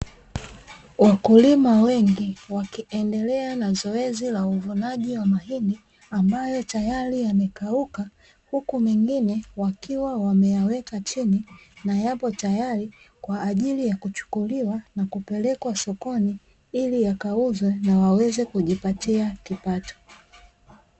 Wakulima wengi wakiendelea na zoezi la uvunaji wa mahindi ambayo tayari yamekauka, huku mengine wakiwa wameyaweka chini na yapo tayari kwa ajili ya kuchukuliwa na kupelekwa sokoni ili yakauzwe na waweze kujipatia kipato.